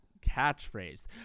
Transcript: catchphrase